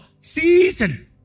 season